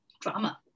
drama